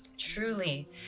truly